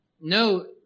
No